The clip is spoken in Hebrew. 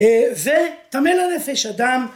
זה טמא לנפש, אדם.